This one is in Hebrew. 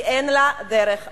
כי אין לה דרך אחרת.